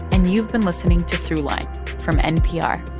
and you've been listening to throughline from npr